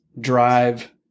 drive